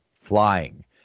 flying